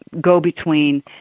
go-between